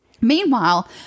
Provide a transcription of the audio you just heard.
Meanwhile